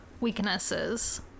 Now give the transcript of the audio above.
weaknesses